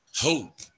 hope